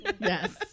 yes